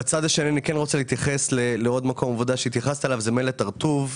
בצד השני אני רוצה להתייחס לעוד מקום עבודה שהתייחסת אליו מלט הרטוב.